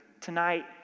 tonight